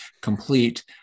complete